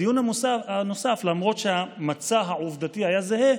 בדיון הנוסף, למרות שהמצע העובדתי היה זהה,